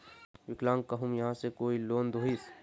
विकलांग कहुम यहाँ से कोई लोन दोहिस?